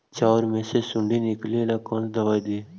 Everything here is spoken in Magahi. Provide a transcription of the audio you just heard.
चाउर में से सुंडी निकले ला कौन दवाई दी?